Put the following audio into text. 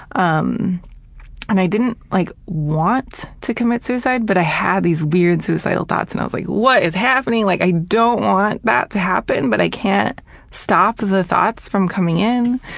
um and i didn't like want to commit suicide, but i had these weird suicidal thoughts. and i was like, what is happening? like i don't want that to happen. but i can't stop the thoughts from coming in.